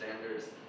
standards